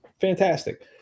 fantastic